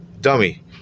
Dummy